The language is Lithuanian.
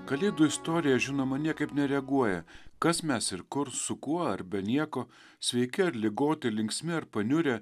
kalėdų istorija žinoma niekaip nereaguoja kas mes ir kur su kuo ar be nieko sveiki ar ligoti linksmi ar paniurę